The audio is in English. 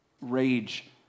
rage